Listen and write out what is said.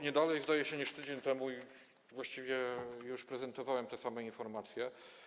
Nie dalej, zdaje się, niż tydzień temu właściwie już prezentowałem te same informacje.